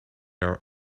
are